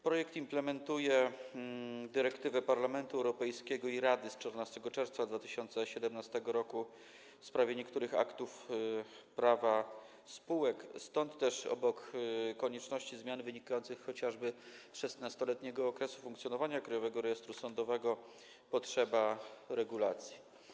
Projekt implementuje dyrektywę Parlamentu Europejskiego i Rady z 14 czerwca 2017 r. w sprawie niektórych aktów prawa spółek, stąd też obok konieczności zmian wynikających chociażby z 16-letniego okresu funkcjonowania Krajowego Rejestru Sądowego potrzeba tej regulacji.